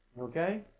okay